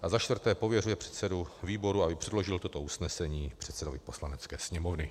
IV. pověřuje předsedu výboru, aby předložil toto usnesení předsedovy Poslanecké sněmovny.